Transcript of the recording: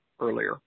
earlier